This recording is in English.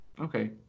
Okay